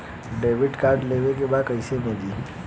Debit card लेवे के बा कईसे मिली?